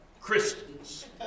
Christians